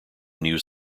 news